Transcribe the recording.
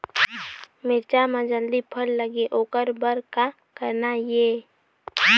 मिरचा म जल्दी फल लगे ओकर बर का करना ये?